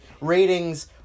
ratings